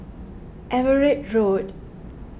Everitt Road